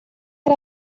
had